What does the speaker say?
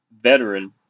veteran